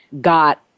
got